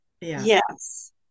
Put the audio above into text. Yes